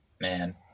man